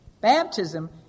baptism